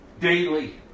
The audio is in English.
Daily